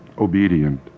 Obedient